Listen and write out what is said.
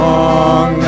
Long